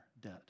debt